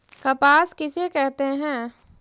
कपास किसे कहते हैं?